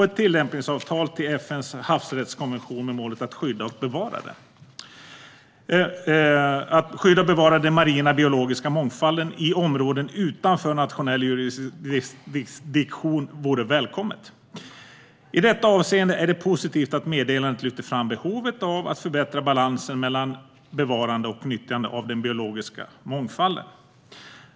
Ett tillämpningsavtal till FN:s havsrättskonvention med målet att skydda och bevara den marina biologiska mångfalden i områden utanför nationell jurisdiktion vore välkommet. I detta avseende är det positivt att meddelandet lyfter fram behovet av att förbättra balansen mellan bevarande och nyttjande av den biologiska mångfalden.